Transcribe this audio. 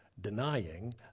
denying